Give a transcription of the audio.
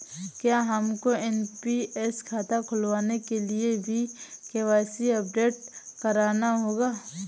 क्या हमको एन.पी.एस खाता खुलवाने के लिए भी के.वाई.सी अपडेट कराना होगा?